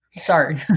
Sorry